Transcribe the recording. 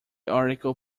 article